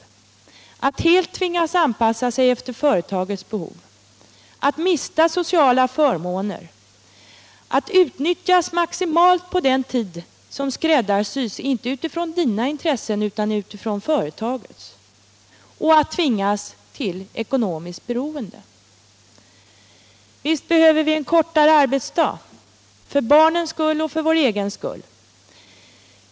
Det är att helt tvingas anpassa sig till företagets behov, att mista sociala förmåner, att utnyttjas maximalt på den tid som skräddarsys, inte utifrån dina intressen utan utifrån företagets. Det är också att tvingas till ekonomiskt beroende. Visst behöver vi en kortare arbetsdag — för barnens skull och för vår egen skull.